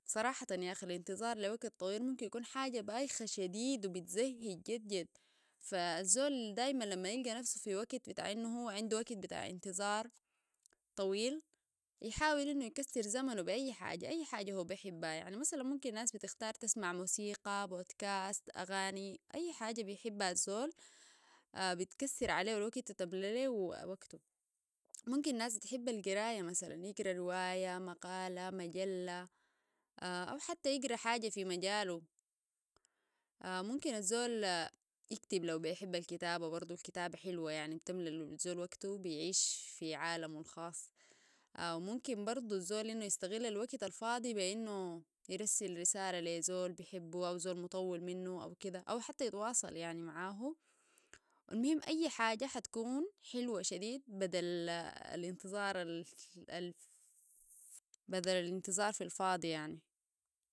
صراحة ياخ الانتظار لوقت طويل ممكن يكون حاجة بايخة شديد و بتزهج جد جد فالزول دايما لما يلقى نفسه في وقت بتاع انو هو عندو وقت بتاع انتظار طويل يحاول انه يكسر زمنو باي حاجة اي حاجة هو بيحبها يعني مثلا ممكن الناس بتختار تسمع موسيقى بودكاست اغاني اي حاجة بيحبها الزول بتكسر عليهو الوقت وتملاء ليهو وقتو ممكن الناس بتحب القراية مثلا يقرأ رواية مقالة مجلة او حتى يقرأ حاجة في مجالو. اه ممكن الزول اكتب لو بيحب الكتابة برضو الكتابة حلوة يعني بتملا لي الزول وقتو وبيعيش في عالمو الخاص. اه ممكن برضو الزول انه يستغل الوقت الفاضي بانه يرسل رسالة لزول بيحبه او زول مطول منو او كده. او حتى يتواصل يعني معاهو. المهم اي حاجة حتكون حلوة شديد بدل الانتظار بدل الانتظار في الفاضي يعني.